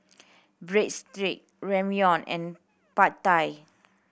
Breadstick Ramyeon and Pad Thai